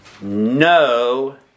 No